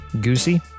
goosey